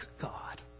God